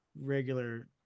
regular